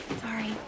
sorry